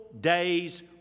day's